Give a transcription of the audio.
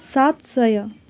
सात सय